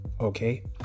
Okay